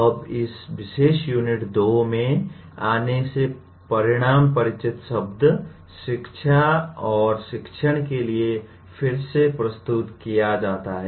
अब इस विशेष यूनिट 2 में आने से परिणाम परिचित शब्द शिक्षा और शिक्षण के लिए फिर से प्रस्तुत किया जाता है